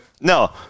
No